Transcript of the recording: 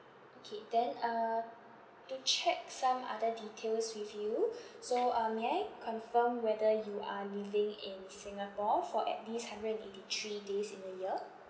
okay then uh to check some other details with you so uh may I confirm whether you are living in singapore for at least hundred and eighty three days in a year